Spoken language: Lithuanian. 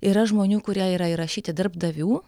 yra žmonių kurie yra įrašyti darbdavių